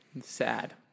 Sad